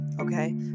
Okay